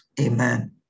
Amen